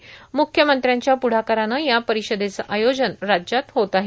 म्ख्यमंत्र्यांच्या पुढाकाराने या परिषदेचे आयोजन महाराष्ट्रात होत आहे